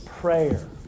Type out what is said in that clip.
prayer